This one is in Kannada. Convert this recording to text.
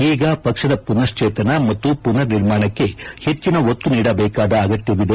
ಈಗ ಪಕ್ಷದ ಪುನಶ್ಲೇತನ ಮತ್ತು ಪುನರ್ ನಿರ್ಮಾಣಕ್ಕೆ ಹೆಚ್ಚಿನ ಒತ್ತು ನೀಡಬೇಕಾದ ಅಗತ್ಯವಿದೆ